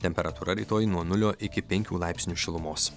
temperatūra rytoj nuo nulio iki penkių laipsnių šilumos